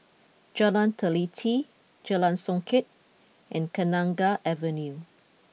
Jalan Teliti Jalan Songket and Kenanga Avenue